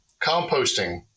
composting